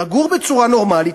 לגור בצורה נורמלית,